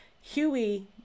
Huey